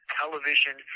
television